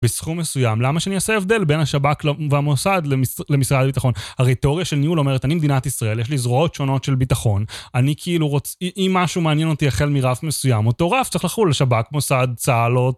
בסכום מסוים, למה שאני אעשה הבדל בין השב״כ והמוסד למשרד הביטחון? הרי תיאוריה של ניהול אומרת, אני מדינת ישראל, יש לי זרועות שונות של ביטחון. אני כאילו רוצ.. אם משהו מעניין אותי החל מרף מסוים אותו רף צריך לחול על שב״כ, מוסד, צהל או...